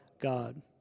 God